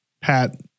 Pat